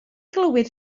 glywed